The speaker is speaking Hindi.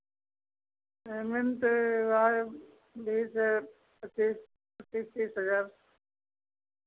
पेमेंट वही बीस पच्चीस पच्चीस तीस हज़ार